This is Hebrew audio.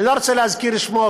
אני לא רוצה להזכיר את שמו,